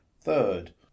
third